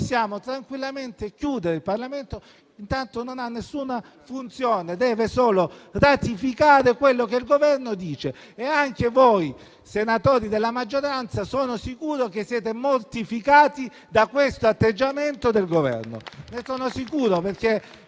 Possiamo tranquillamente chiudere il Parlamento perché tanto non ha alcuna funzione, deve solo ratificare quello che il Governo dice. Sono sicuro che anche voi, senatori della maggioranza, siete mortificati da questo atteggiamento del Governo.